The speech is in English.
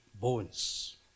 bones